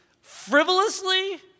frivolously